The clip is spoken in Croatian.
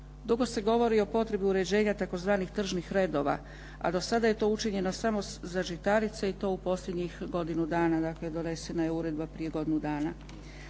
Dugo se govori i potrebi uređenja tzv. tržnih redova, a do sada je to učinjeno samo za žitarice i to u posljednjih godinu dana. Dakle, donesena je uredba prije godinu dana.